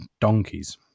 donkeys